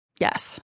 Yes